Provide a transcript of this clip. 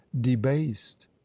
debased